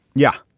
yeah,